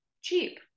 cheap